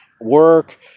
work